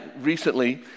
recently